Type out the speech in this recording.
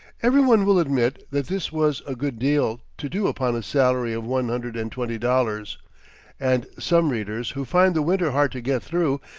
every one will admit that this was a good deal to do upon a salary of one hundred and twenty dollars and some readers, who find the winter hard to get through,